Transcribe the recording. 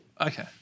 Okay